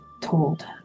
told